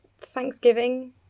Thanksgiving